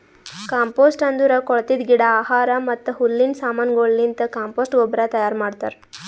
compost ಅಂದುರ್ ಕೊಳತಿದ್ ಗಿಡ, ಆಹಾರ ಮತ್ತ ಹುಲ್ಲಿನ ಸಮಾನಗೊಳಲಿಂತ್ ಕಾಂಪೋಸ್ಟ್ ಗೊಬ್ಬರ ತೈಯಾರ್ ಮಾಡ್ತಾರ್